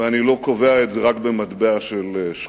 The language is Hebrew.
ואני קובע את זה לא רק במטבע של שקלים.